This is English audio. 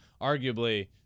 arguably